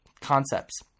concepts